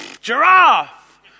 giraffe